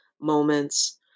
moments